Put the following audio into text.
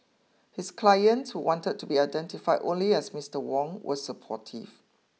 his client who wanted to be identified only as Mister Wong was supportive